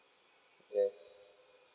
yes